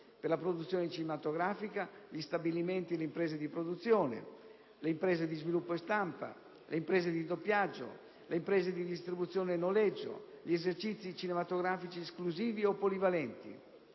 per la produzione cinematografica, gli stabilimenti e le imprese di produzione, le imprese di sviluppo e stampa, le imprese di doppiaggio, le imprese di distribuzione e noleggio, gli esercizi cinematografici esclusivi o polivalenti;